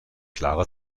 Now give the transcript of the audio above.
klarer